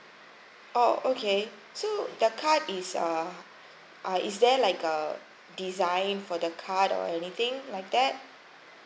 oh okay so the card is uh uh is there like a design for the card or anything like that